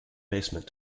basement